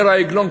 אומר העגלון,